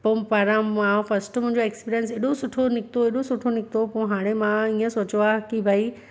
पो पाण मां फस्ट मुंहिंजो एक्सपीरियंस एॾो सुठो निकितो एॾो सुठो निकितो हाणे मां ईअं सोचो आहे की भाई